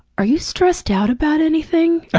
are you stressed out about anything?